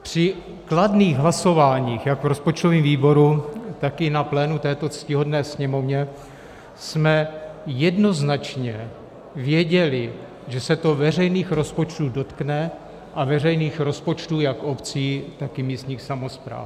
Při kladných hlasováních jak rozpočtového výboru, tak i na plénu této ctihodné Sněmovně jsme jednoznačně věděli, že se to veřejných rozpočtů dotkne, a veřejných rozpočtů jak obcí, tak i místních samospráv.